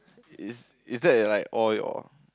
is is that like all your